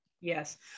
Yes